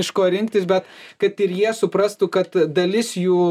iš ko rinktis bet kad ir jie suprastų kad dalis jų